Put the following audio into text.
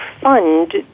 fund